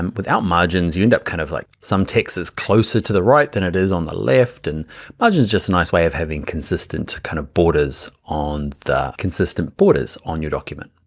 um without margins you end up kind of like some ticks closer to the right than it is on the left. and margin is just a nice way of having consistent kind of borders on the consistent borders on your document.